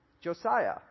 Josiah